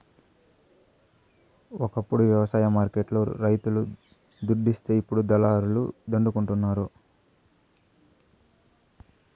ఒకప్పుడు వ్యవసాయ మార్కెట్ లు రైతులకు దుడ్డిస్తే ఇప్పుడు దళారుల దండుకుంటండారు